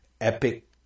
epic